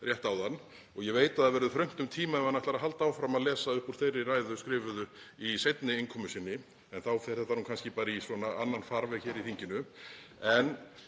rétt áðan. Ég veit að það verður þröngt um tíma ef hann ætlar að halda áfram að lesa upp úr þeirri skrifuðu ræðu í seinni innkomu sinni. En þá fer þetta nú kannski bara í annan farveg hér í þinginu. En